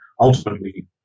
ultimately